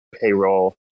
payroll